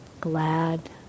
Glad